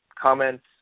comments